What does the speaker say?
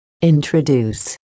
introduce